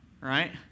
right